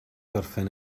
gorffen